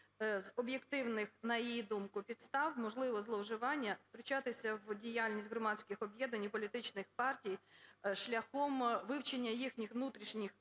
з об'єктивних, на її думку, підстав, можливо, зловживання втручатися в діяльність громадських об'єднань і політичних партій шляхом вивчення їхніх внутрішніх